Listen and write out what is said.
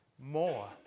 more